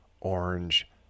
orange